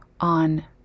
on